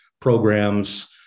programs